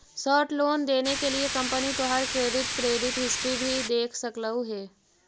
short loan देने के लिए कंपनी तोहार क्रेडिट क्रेडिट हिस्ट्री भी देख सकलउ हे